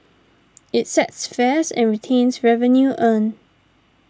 it sets fares and retains revenue earned